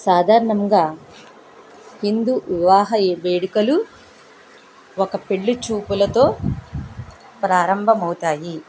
సాధారణంగా హిందు వివాహ వేడుకలు ఒక పెళ్ళిచూపులతో ప్రారంభం అవుతాయి